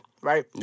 right